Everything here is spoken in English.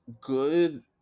good